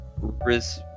Riz